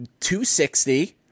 260